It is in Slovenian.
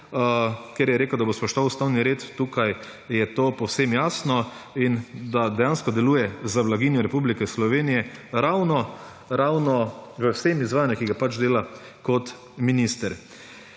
ker je rekel, da bo spoštoval ustavni red. Tukaj je to povsem jasno in da dejansko deluje za blaginjo Republike Slovenije ravno pri vsem izvajanju, ki ga pač dela kot minister.